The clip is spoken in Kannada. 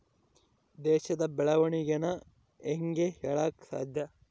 ದೇಶದ ಬೆಳೆವಣಿಗೆನ ಹೇಂಗೆ ಹೇಳಕ ಸಾಧ್ಯ?